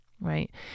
right